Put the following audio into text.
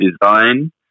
design